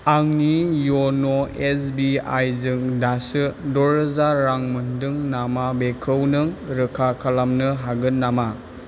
आंनि यन' S B I जों दासो दरोजा रां मोनदों नामा बेखौ नों रोखा खालामनो हागोन नामा